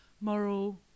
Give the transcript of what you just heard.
moral